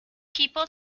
people